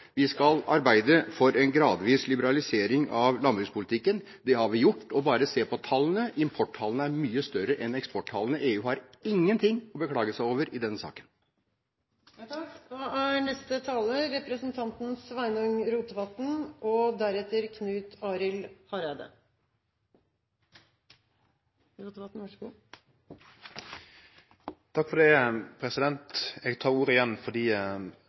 Vi skal arbeide for en gradvis liberalisering av landbrukspolitikken. Det har vi gjort. Bare se på tallene: Importtallene er mye større enn eksporttallene. EU har ingenting å beklage seg over i denne saken. Eg tek ordet igjen fordi representanten Lundteigen var oppe og